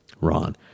Ron